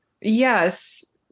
yes